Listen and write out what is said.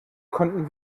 konnten